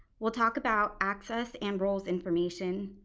we'll talk about access and roles information,